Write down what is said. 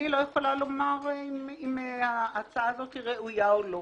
אני לא יכולה לומר האם ההצעה הזו ראויה או לא,